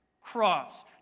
cross